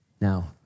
Now